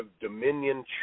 dominion